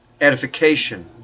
edification